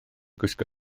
gwisgo